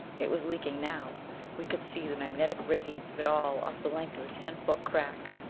it was leaking now we could see the magnetic radiance of it all up the length of the ten foot crack.